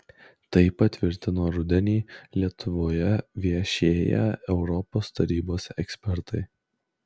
tai patvirtino rudenį lietuvoje viešėję europos tarybos ekspertai